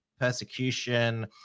persecution